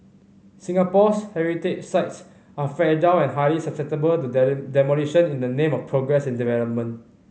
Singapore's heritage sites are fragile and highly susceptible to demolition in the name of progress and development